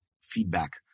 feedback